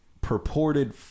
purported